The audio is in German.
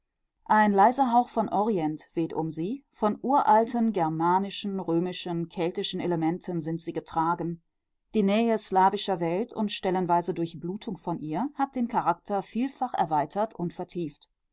ein leiser hauch von orient weht um sie von uralten germanischen römischen keltischen elementen sind sie getragen die nähe slawischer welt und stellenweise durchblutung von ihr hat den charakter vielfach erweitert und vertieft